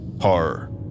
horror